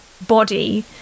body